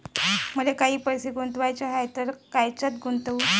मले काही पैसे गुंतवाचे हाय तर कायच्यात गुंतवू?